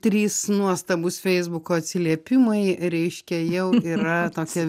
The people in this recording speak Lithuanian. trys nuostabūs feisbuko atsiliepimai reiškia jau yra tokia